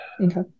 Okay